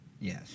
Yes